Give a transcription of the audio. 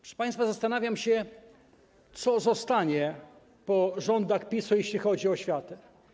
Proszę państwa, zastanawiam się, co zostanie po rządach PiS-u, jeśli chodzi o oświatę.